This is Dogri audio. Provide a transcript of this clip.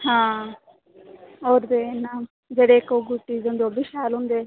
हां होर केह् ना जेह्ड़े इक ओह् गुट्टी दे होंदे ओह् बी शैल होंदे न